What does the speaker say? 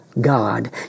God